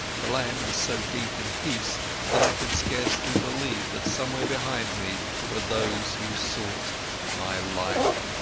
the land was so deep in peace that i could scarcely believe that somewhere behind me were those who sought my life